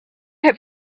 have